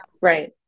right